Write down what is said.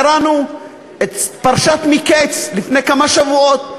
קראנו את פרשת מקץ לפני כמה שבועות.